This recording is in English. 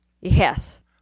Yes